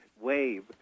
wave